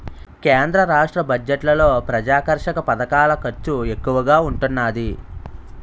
కేంద్ర రాష్ట్ర బడ్జెట్లలో ప్రజాకర్షక పధకాల ఖర్చు ఎక్కువగా ఉంటున్నాది